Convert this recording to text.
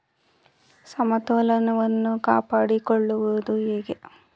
ಸಮತೋಲನವನ್ನು ಕಾಪಾಡಿಕೊಳ್ಳುವುದು ಹೇಗೆ?